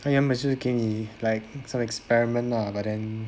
他原本就是给你 like sort of experiment ah but then